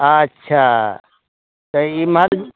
अच्छा तऽ एम्हर